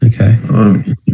Okay